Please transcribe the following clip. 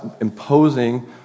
imposing